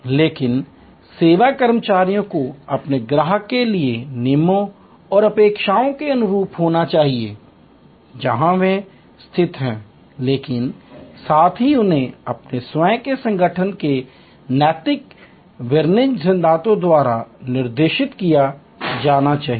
लेकिन सेवा कर्मचारियों को अपने ग्राहक के नियमों और अपेक्षाओं के अनुरूप होना चाहिए जहां वे स्थित हैं लेकिन साथ ही उन्हें अपने स्वयं के संगठन के नैतिक वाणिज्यिक सिद्धांतों द्वारा निर्देशित किया जाना है